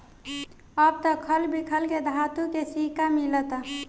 अब त खल बिखल के धातु के सिक्का मिलता